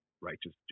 Righteous